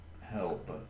help